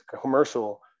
commercial